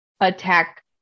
attack